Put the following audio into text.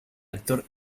actor